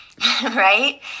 right